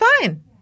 fine